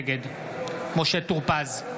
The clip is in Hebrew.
נגד משה טור פז,